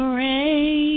rain